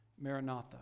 Maranatha